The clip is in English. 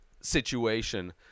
situation